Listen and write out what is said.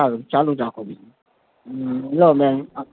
સારું ચાલુ જ રાખો મેમ લો મેમ